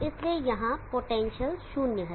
इसलिए यहां पोटेंशियल शून्य है